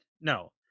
No